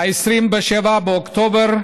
27 באוקטובר,